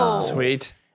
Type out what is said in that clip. Sweet